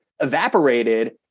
evaporated